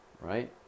right